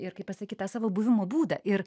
ir kaip pasakyt tą savo buvimo būdą ir